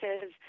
says